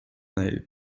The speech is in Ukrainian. нею